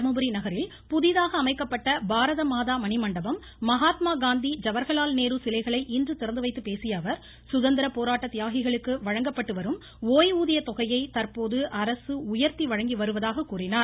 தர்மபுரி நகரில் புதிதாக அமைக்கப்பட்ட பாரத மாதா மணிமண்டபம் மகாத்மா காந்தி ஜவஹ்லால் நேரு சிலைகளை இன்று திறந்து வைத்து பேசிய அவர் சுதந்திர போராட்ட தியாகிகளுக்கு வழங்கப்பட்டு வரும் ஓய்வூதிய தொகையை தற்போது அரசு உயர்த்தி வழங்கி வருவதாக கூறினார்